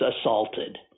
assaulted